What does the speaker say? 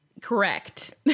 correct